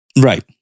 Right